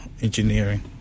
engineering